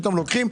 פתאום לוקחים.